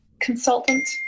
consultant